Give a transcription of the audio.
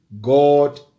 God